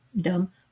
dumb